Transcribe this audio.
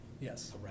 Yes